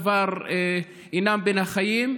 כבר אינם בין החיים,